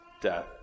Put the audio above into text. Death